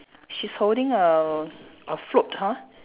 she's holding a a float !huh!